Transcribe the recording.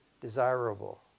desirable